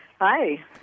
Hi